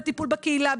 בטיפול בקהילה,